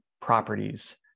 properties